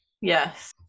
yes